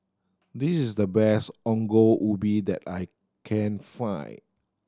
this is the best Ongol Ubi that I can find